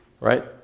right